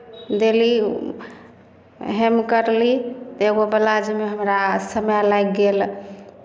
देली हेम करली तऽ एगो ब्लाउजमे हमरा समय लागि गेल